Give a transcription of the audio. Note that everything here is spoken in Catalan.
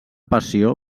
passió